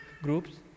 groups